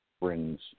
brings